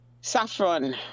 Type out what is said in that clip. Saffron